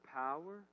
power